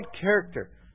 character